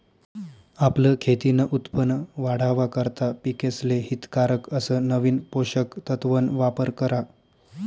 आपलं खेतीन उत्पन वाढावा करता पिकेसले हितकारक अस नवीन पोषक तत्वन वापर करा